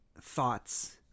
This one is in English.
thoughts